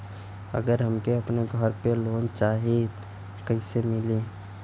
अगर हमके अपने घर पर लोंन चाहीत कईसे मिली?